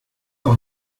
auf